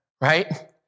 Right